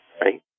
right